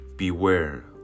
Beware